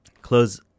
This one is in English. Close